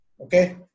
okay